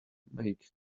make